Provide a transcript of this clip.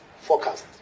forecast